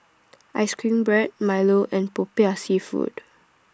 Ice Cream Bread Milo and Popiah Seafood